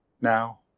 Now